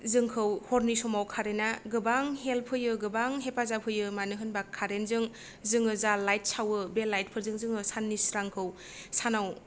जोंखौ हरनि समाव कारेन्टा गोबां हेल्प होयो गोबां हेफाजाब होयो मानो होनोब्ला कारेन्टजों जोङो जा लाइट सावो बे लाइटफोरजों जोङो साननि स्रांखौ सानाव